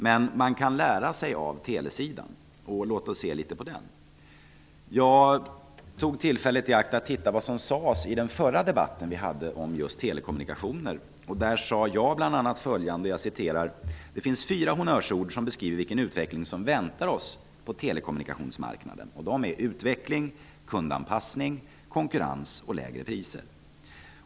Men man kan lära sig av telesidan. Låt oss se litet grand på den! Jag tog tillfället i akt att läsa vad som sades i förra debatten om just telekommunikationer. Jag sade att det finns några honnörsord som beskriver vilken utveckling som väntar oss på telekommunikationsmarknaden. De är och ''lägre priser''.